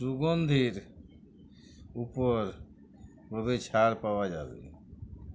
সুগন্ধির উপর কী ভাবে ছাড় পাওয়া যাবে